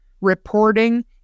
reporting